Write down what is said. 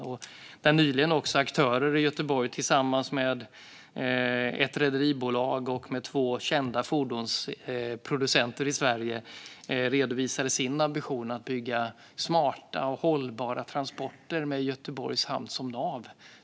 Nyligen redovisade också aktörer i Göteborg tillsammans med ett rederibolag och två kända fordonsproducenter i Sverige sin ambition att bygga smarta och hållbara transporter med Göteborgs hamn som nav.